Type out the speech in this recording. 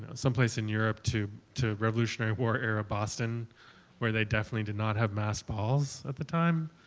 someplace in europe to to revolutionary war era boston where they definitely did not have masked balls at the time,